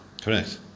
Correct